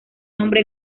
nombre